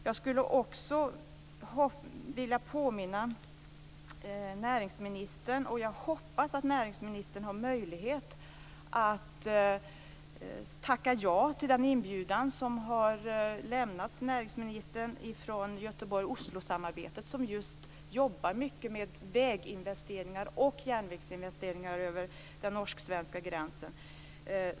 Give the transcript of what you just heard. Jag skulle också vilja påminna näringsministern om, och jag hoppas att näringsministern har möjlighet att tacka ja till den inbjudan som har lämnats till näringsministern från Göteborg-Oslosamarbetet, som just jobbar mycket med väginvesteringar och järnvägsinvesteringar över den norsk-svenska gränsen.